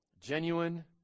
Genuine